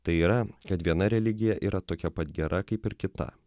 tai yra kad viena religija yra tokia pat gera kaip ir kita